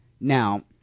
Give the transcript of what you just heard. Now